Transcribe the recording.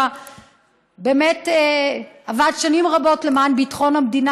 שהוא באמת עבד שנים רבות למען ביטחון המדינה